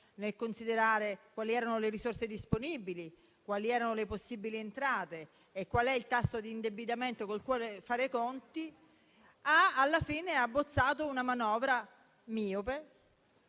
nel considerare le risorse disponibili, quali le possibili entrate e quale il tasso di indebitamento col quale fare i conti, alla fine ha abbozzato una manovra miope,